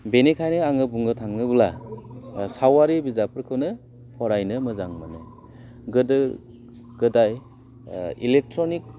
बिनिखायनो आङो बुंनो थाङोब्ला सावारि बिजाबफोरखौनो फरायनो मोजां मोनो गोदो गोदाय इलेक्ट्रनिक